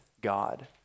God